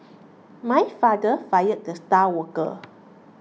my father fired the star worker